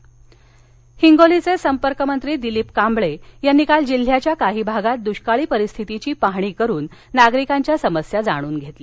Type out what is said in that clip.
हिंगोली जालना हिंगोलीचे संपर्क मंत्री दिलीप कांबळे यांनी काल जिल्ह्याच्या काही भागात दुष्काळी परिस्थितीचा पाहणी दौरा करुन नागरिकांच्या समस्या जाणून घेतल्या